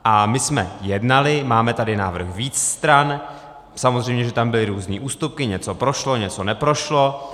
A my jsme jednali, máme tady návrh více stran, samozřejmě že tam byly různé ústupky, něco prošlo, něco neprošlo.